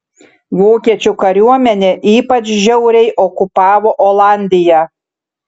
vokiečių kariuomenė ypač žiauriai okupavo olandiją